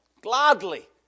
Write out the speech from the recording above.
Gladly